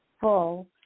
full